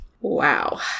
wow